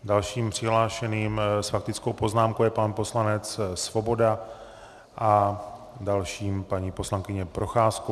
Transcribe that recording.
Dalším přihlášeným s faktickou poznámkou je pan poslanec Svoboda a dalším paní poslankyně Procházková.